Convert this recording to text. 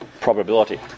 probability